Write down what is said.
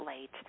late